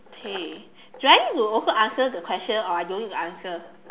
okay do I need to also answer the question or I don't need to answer